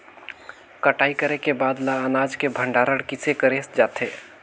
कटाई करे के बाद ल अनाज के भंडारण किसे करे जाथे?